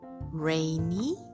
Rainy